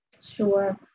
sure